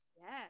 yes